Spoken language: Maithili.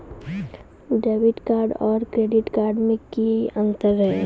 डेबिट कार्ड और क्रेडिट कार्ड मे कि अंतर या?